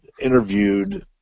interviewed